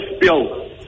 bill